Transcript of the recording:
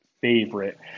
favorite